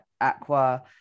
aqua